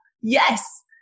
yes